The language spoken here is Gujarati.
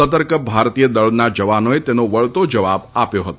સતર્ક ભારતીય દળોના જવાનોએ તેનો વળતો જવાબ આપ્યો હતો